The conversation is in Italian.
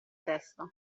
testa